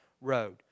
road